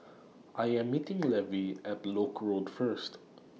I Am meeting Levy app Lock Road First